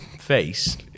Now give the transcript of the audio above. face